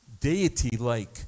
deity-like